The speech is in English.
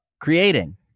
creating